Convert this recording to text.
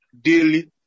daily